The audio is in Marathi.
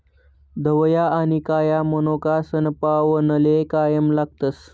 धवया आनी काया मनोका सनपावनले कायम लागतस